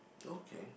okay